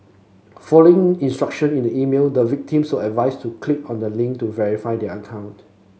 following instruction in the email the victims a advised to click on the link to verify their account